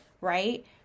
right